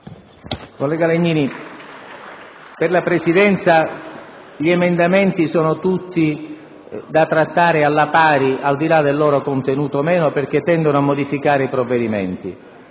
Collega Legnini, per la Presidenza gli emendamenti sono tutti da trattare alla pari, al di là del loro contenuto, perché tendono a modificare i provvedimenti.